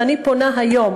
ואני פונה היום,